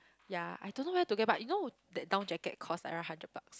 ya I don't know where to get but you know that down jacket costs around hundred bucks